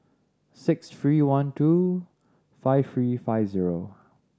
six three one two five three five zero